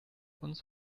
uns